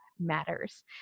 matters